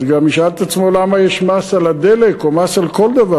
אז גם ישאל את עצמו למה יש מס על הדלק או מס על כל דבר.